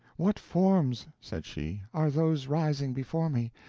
what forms, said she, are those rising before me?